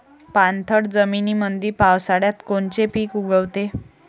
पाणथळ जमीनीमंदी पावसाळ्यात कोनचे पिक उगवते?